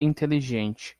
inteligente